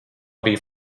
bija